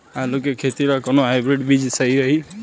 आलू के खेती ला कोवन हाइब्रिड बीज सही रही?